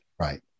Right